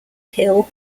hill